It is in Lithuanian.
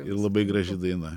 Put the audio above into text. ir labai graži daina